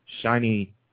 shiny